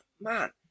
man